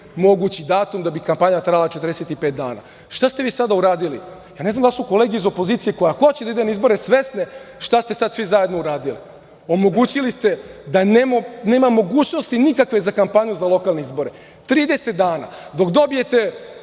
mogući datum da bi kampanja trajala 45 dana. Šta se vi sada uradili? Ja ne znam da li su kolege iz opozicije koja hoće da ide na izbore svesne šta ste sad svi zajedno uradili? Omogućili ste da nemamo mogućnosti nikakve za kampanju za lokalne izbore. Trideset dana dok dobijete